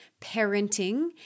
parenting